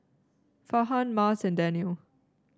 Farhan Mas and Danial